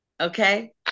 Okay